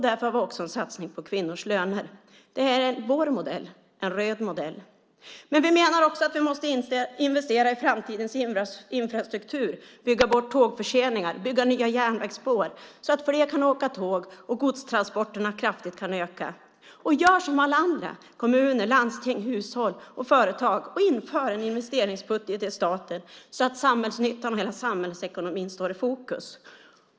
Därför har vi en satsning på kvinnors löner. Det är vår modell, en röd modell. Vi menar också att vi måste investera i framtidens infrastruktur, bygga bort tågförseningar och bygga nya järnvägsspår så att fler kan åka tåg och godstransporterna kraftigt kan öka. Jag som alla andra - kommuner, landsting, hushåll och företag - är för en investeringsbudget i staten där samhällsnyttan och hela samhällsekonomin står i fokus.